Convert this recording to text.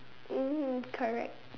mm correct